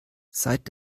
seit